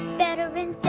better in